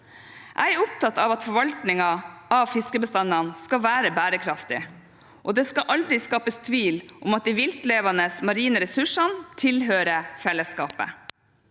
Jeg er opptatt av at forvaltningen av fiskebestandene skal være bærekraftig, og det skal aldri skapes tvil om at de viltlevende marine ressursene tilhører fellesskapet.